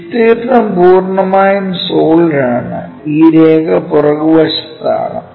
വിസ്തീർണ്ണം പൂർണ്ണമായും സോളിഡ് ആണ് ഈ രേഖ പുറകുവശത്താണ്